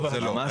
לא קובעים שומה.